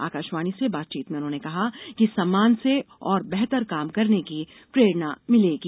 आकाशवाणी से बातचीत में उन्होंने कहा कि इस सम्मान से और बेहतर काम करने की प्रेरणा मिलेगी